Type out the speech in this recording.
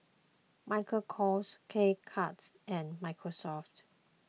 Michael Kors K Cuts and Microsoft